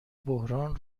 بحران